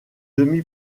demi